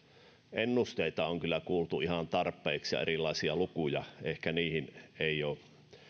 ennusteita on kyllä kuultu ihan tarpeeksi ja erilaisia lukuja ehkä niihin ei ole